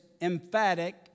emphatic